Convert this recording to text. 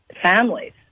families